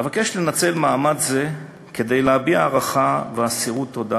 אבקש לנצל מעמד זה כדי להביע הערכה ואסירות תודה